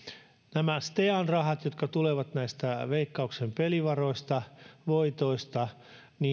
nämä stean rahat jotka tulevat näistä veikkauksen pelivaroista voitoista